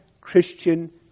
Christian